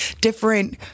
different